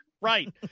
right